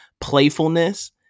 playfulness